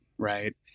Right